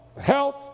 health